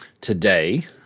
today